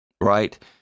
right